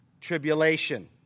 tribulation